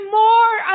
more